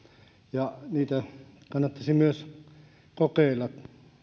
ja niitä kannattaisi myös kokeilla